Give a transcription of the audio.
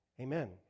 Amen